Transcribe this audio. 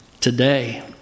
today